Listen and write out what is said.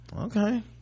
okay